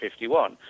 51